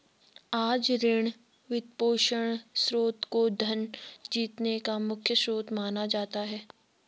आज ऋण, वित्तपोषण स्रोत को धन जीतने का मुख्य स्रोत माना जाता है